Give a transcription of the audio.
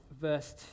verse